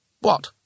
What